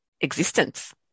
existence